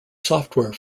software